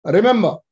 Remember